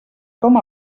com